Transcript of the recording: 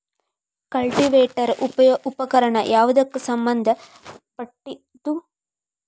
Cultivator ಉಪಕರಣ ಯಾವದಕ್ಕ ಸಂಬಂಧ ಪಟ್ಟಿದ್ದು?